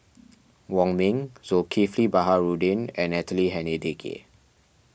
Wong Ming Zulkifli Baharudin and Natalie Hennedige